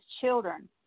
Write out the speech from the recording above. children